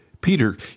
Peter